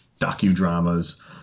docudramas